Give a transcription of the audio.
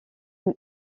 une